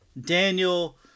Daniel